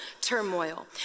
turmoil